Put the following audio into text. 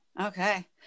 Okay